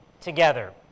together